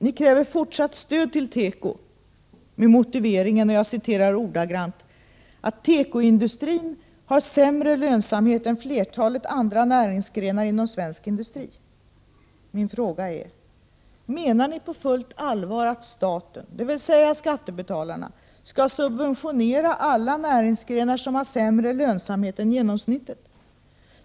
Där kräver ni fortsatt stöd till teko med motiveringen — och jag citerar ordagrant — att ”tekoindustrin har sämre lönsamhet än flertalet andra näringsgrenar inom svensk industri”. Min fråga är: Menar ni på fullt allvar att staten — dvs. skattebetalarna — skall subventionera alla näringsgrenar som har sämre lönsamhet än genomsnittet?